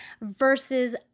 versus